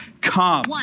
Come